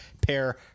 pair